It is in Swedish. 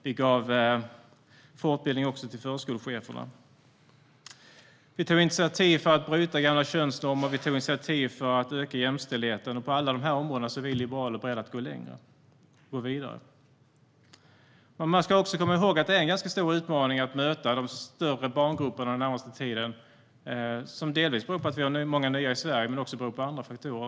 Vi gav också fortbildning till förskolecheferna. Vi tog initiativ för att bryta med gamla könsnormer och för att öka jämställdheten. På alla dessa områden är vi liberaler beredda att gå längre och vidare. Man ska också komma ihåg att det är en ganska stor utmaning den närmaste tiden att möta de större barngrupperna, som delvis beror på att vi har många nya i Sverige, delvis på andra faktorer.